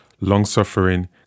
long-suffering